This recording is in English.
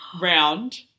round